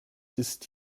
ist